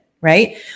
right